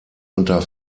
unter